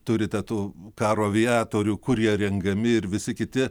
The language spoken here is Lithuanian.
turite tų karo aviatorių kurie rengami ir visi kiti